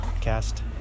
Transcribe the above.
cast